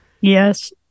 Yes